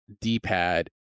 d-pad